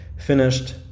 finished